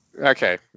Okay